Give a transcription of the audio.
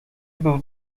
był